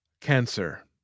Cancer